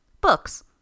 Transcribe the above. books